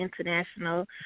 international